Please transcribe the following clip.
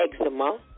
eczema